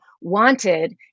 wanted